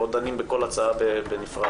אנחנו לא דנים בכל הצעה בנפרד.